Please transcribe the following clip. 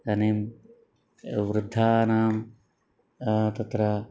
इदानीं वृद्धानां तत्र